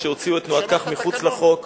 כשהוציא את תנועת "כך" מחוץ לחוק,